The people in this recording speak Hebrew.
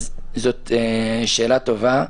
זאת שאלה טובה.